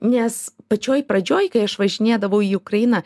nes pačioj pradžioj kai aš važinėdavau į ukrainą